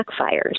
backfires